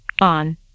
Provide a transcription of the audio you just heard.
On